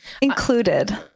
Included